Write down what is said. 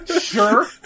Sure